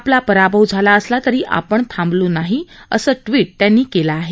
आपला पराभव झाला असला तरी आपण थांबलो नाहीत असं ट्वीट त्यांनी केलं आहे